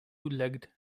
legged